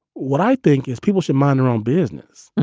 what i think is people should monotone business.